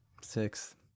six